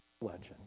legend